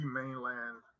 mainland